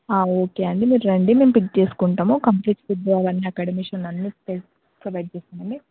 ఆ ఓకే అండి మీరు రండి మేము పిక్ చేసుకుంటాము కంప్లీట్ ఫుడ్ అవి అన్నీ అకామడేషన్ అన్నీ ప్రొవైడ్ చేస్తాము అండి